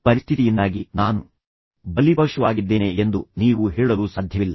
ಪರಿಸ್ಥಿತಿಯಿಂದಾಗಿ ನಾನು ಬಲಿಪಶುವಾಗಿದ್ದೇನೆ ಎಂದು ನೀವು ಹೇಳಲು ಸಾಧ್ಯವಿಲ್ಲ